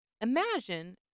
Imagine